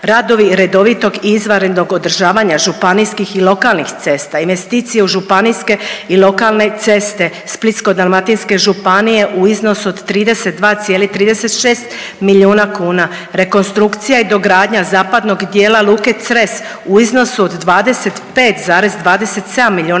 radovi redovitog i izvanrednog održavanja županijskih i lokalnih cesta, investicije u županijske i lokalne ceste Splitsko-dalmatinske županije u iznosu od 32,36 milijuna kuna, rekonstrukcija i dogradanja zapadnog dijela luke Cres u iznosu od 25,27 milijuna kuna,